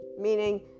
meaning